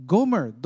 Gomer